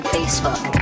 Facebook